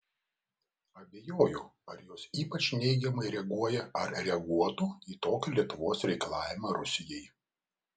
abejoju ar jos ypač neigiamai reaguoja ar reaguotų į tokį lietuvos reikalavimą rusijai